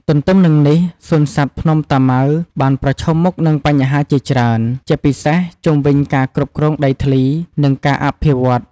ទទ្ទឹមនឹងនេះ សួនសត្វភ្នំតាម៉ៅបានប្រឈមមុខនឹងបញ្ហាជាច្រើន ជាពិសេសជុំវិញការគ្រប់គ្រងដីធ្លី និងការអភិវឌ្ឍន៍។